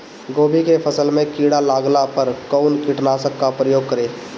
गोभी के फसल मे किड़ा लागला पर कउन कीटनाशक का प्रयोग करे?